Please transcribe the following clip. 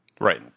Right